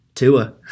Tua